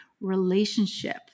relationship